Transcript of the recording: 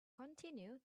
continue